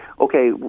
okay